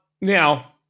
Now